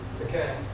Okay